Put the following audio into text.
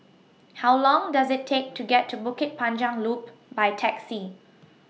How Long Does IT Take to get to Bukit Panjang Loop By Taxi